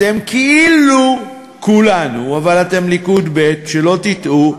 אתם כאילו כולנו, אבל אתם ליכוד ב', שלא תטעו.